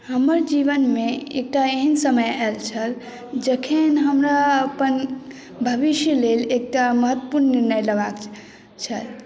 हमर जीवनमे एकटा एहन समय आयल छल जखन हमरा अपन भविष्य लेल एकटा महत्वपूर्ण निर्णय लेबाक छल